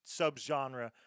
subgenre